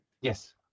Yes